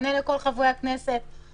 עונה לכל חברי הכנסת,